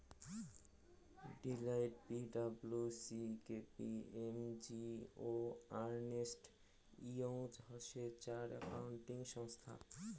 Deloitte, P W C, K P M G ও Ernst Young হসে চার accounting সংস্থা